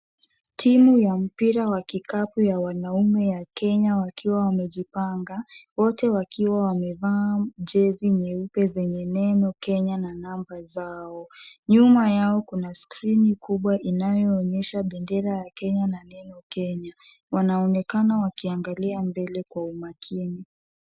Timu ya mpira wa kikapu ya wanaume ya Kenya wakiwa wamejipanga, wote wakiwa wamevaa jezi nyeupe zenye neno Kenya na namba zao. Nyuma yao kuna skrini kubwa inayoonyesha bendera ya Kenya na neno Kenya. Wanaonekana wakiangalia mbele kwa umakini.